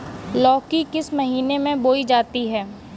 लौकी किस महीने में बोई जाती है?